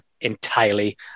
entirely